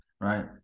Right